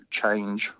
change